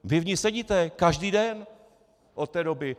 Vy v ní sedíte každý den od té doby.